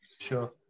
sure